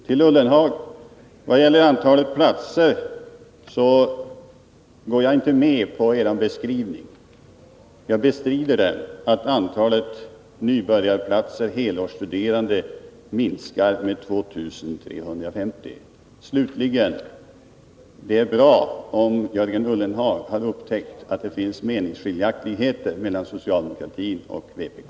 Till Jörgen Ullenhag: Vad gäller antalet platser går jag inte med på er beskrivning; jag bestrider att antalet nybörjarplatser för helårsstuderande minskar med 2 350. Slutligen: Det är bra om Jörgen Ullenhag har upptäckt att det finns meningsskiljaktigheter mellan socialdemokratin och vpk.